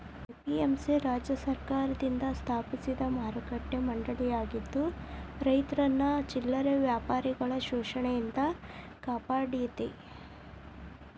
APMC ರಾಜ್ಯ ಸರ್ಕಾರದಿಂದ ಸ್ಥಾಪಿಸಿದ ಮಾರುಕಟ್ಟೆ ಮಂಡಳಿಯಾಗಿದ್ದು ರೈತರನ್ನ ಚಿಲ್ಲರೆ ವ್ಯಾಪಾರಿಗಳ ಶೋಷಣೆಯಿಂದ ಕಾಪಾಡತೇತಿ